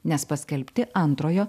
nes paskelbti antrojo